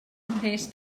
mhres